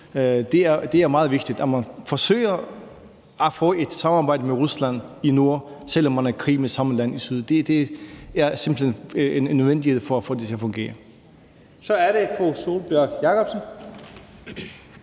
for, er meget vigtigt. At man forsøger at få et samarbejde med Rusland i nord, selv om man er i krig med samme land i syd, er simpelt hen en nødvendighed for at få det til at fungere. Kl. 23:07 Første